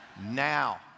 Now